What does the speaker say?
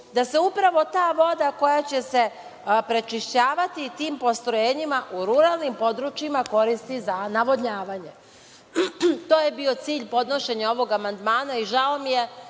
da se upravo ta voda koja će se prečišćavati tim postrojenjima u ruralnim područjima koristi za navodnjavanje. To je bio cilj podnošenja ovog amandmana i žao mi je